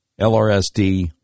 LRSD